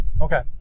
Okay